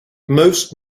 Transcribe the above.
most